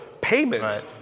payments